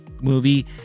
movie